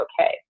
okay